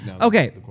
Okay